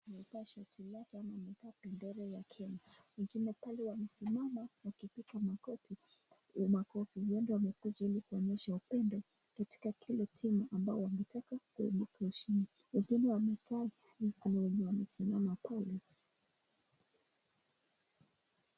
Biashara za kimtandao zinaongezeka hapa nchini. Watu wanaanza kutumia dijitali zaidi. Hii ni fursa nzuri ya maendeleo ya kiuchumi